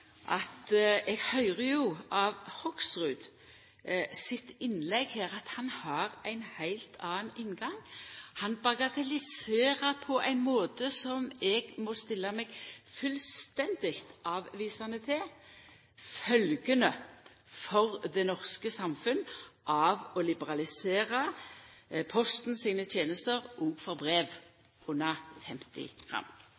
at eg høyrer av Hoksrud sitt innlegg her at han har ein heilt annan inngang. Han bagatelliserer på ein måte som eg må stilla meg fullstendig avvisande til når det gjeld følgjene for det norske samfunnet av å liberalisera Posten sine tenester òg for brev